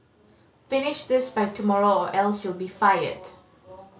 finish this by tomorrow or else you'll be fired